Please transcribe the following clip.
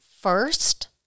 first